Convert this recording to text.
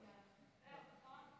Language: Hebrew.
(אישורים רגולטוריים)